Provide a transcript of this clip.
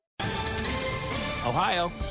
Ohio